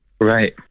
Right